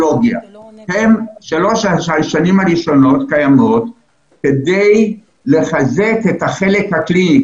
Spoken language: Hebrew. שלוש השנים הראשונות קיימות כדי לחזק את החלק הקליני,